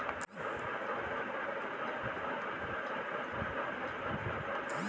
Bank में fix deposit कैसे करें?